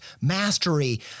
mastery